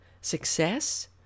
Success